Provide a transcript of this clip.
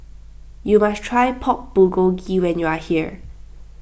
you must try Pork Bulgogi when you are here